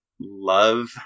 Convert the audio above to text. love